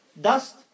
Dust